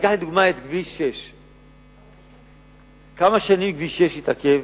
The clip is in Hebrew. ניקח לדוגמה את כביש 6. כמה שנים כביש 6 התעכב?